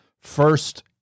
first